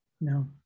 No